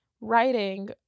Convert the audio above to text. writing